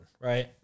right